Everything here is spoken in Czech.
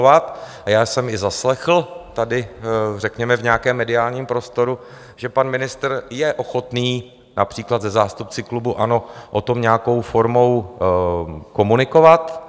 A já jsem i zaslechl tady, řekněme, v nějaké mediálním prostoru, že pan ministr je ochotný například se zástupci klubu ANO o tom nějakou formou komunikovat.